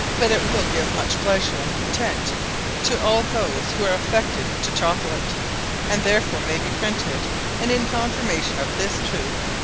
but it will give much pleasure and content to all those, who are affected to chocolate and therefore may be printed and in confirmation of this truth,